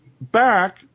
back